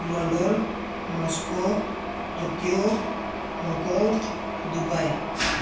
London Moscow Tokyo Hong Kong Dubai